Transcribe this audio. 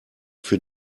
für